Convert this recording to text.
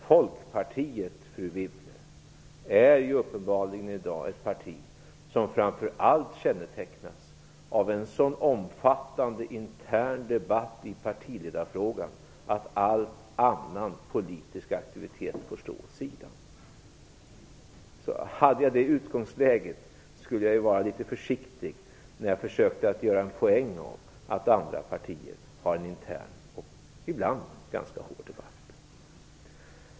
Folkpartiet, fru Wibble, är i dag uppenbarligen ett parti som framför allt kännetecknas av en så omfattande intern debatt i partiledarfrågan att all annan politisk aktivitet får stå åt sidan. Hade jag det utgångsläget skulle jag vara litet försiktig när jag försökte göra poäng av att andra partier har en intern, och ibland ganska hård, debatt.